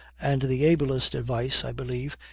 and the ablest advice, i believe,